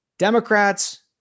Democrats